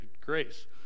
grace